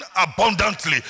abundantly